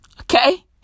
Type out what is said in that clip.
Okay